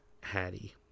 Hattie